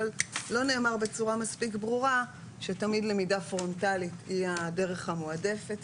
אבל לא נאמר בצורה מספיק ברורה שתמיד למידה פרונטלית היא הדרך המועדפת,